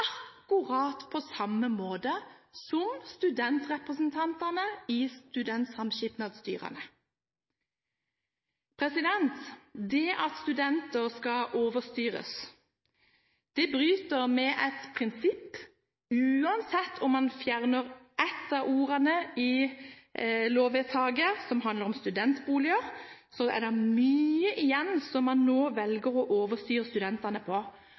akkurat på samme måte som studentrepresentantene i studentsamskipnadsstyrene. Det at studenter skal overstyres, bryter med et prinsipp. Uansett om man fjerner ett av ordene i lovvedtaket som handler om studentboliger, er det mye igjen med hensyn til studentene som man nå velger å overstyre.